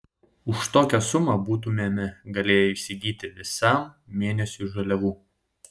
už tokią sumą būtumėme galėję įsigyti visam mėnesiui žaliavų